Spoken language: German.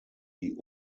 die